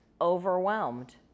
overwhelmed